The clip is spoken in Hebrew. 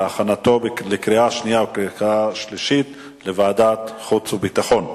2010, לוועדת החוץ והביטחון נתקבלה.